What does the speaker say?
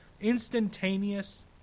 instantaneous